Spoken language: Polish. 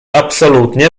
absolutnie